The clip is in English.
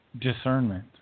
Discernment